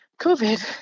COVID